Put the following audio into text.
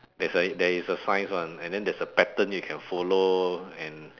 there's a there is a science [one] and then there is a pattern you can follow and